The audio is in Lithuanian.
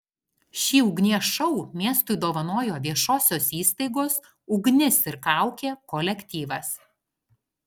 šį ugnies šou miestui dovanojo viešosios įstaigos ugnis ir kaukė kolektyvas